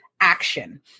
action